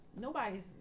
nobody's